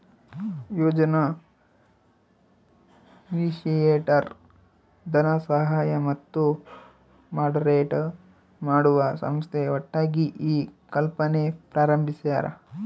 ಯೋಜನಾ initiator ಧನಸಹಾಯ ಮತ್ತು moderate ಮಾಡುವ ಸಂಸ್ಥೆ ಒಟ್ಟಾಗಿ ಈ ಕಲ್ಪನೆ ಪ್ರಾರಂಬಿಸ್ಯರ